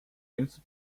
jüngste